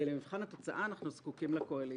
ולמבחן התוצאה אנחנו זקוקים לקואליציה.